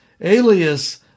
alias